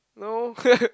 no